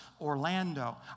Orlando